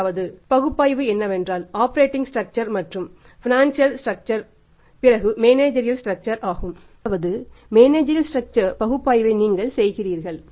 மூன்றாவது பகுப்பாய்வு என்னவென்றால் ஆப்ரேட்டிங் ன் பகுப்பாய்வை நீங்கள் செய்கிறீர்கள்